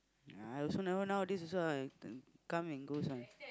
ya I also now nowadays also I can come and go some